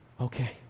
okay